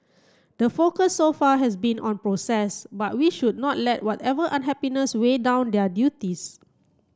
the focus so far has been on process but we should not let whatever unhappiness weigh down their duties